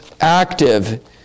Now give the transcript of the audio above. active